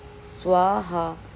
Swaha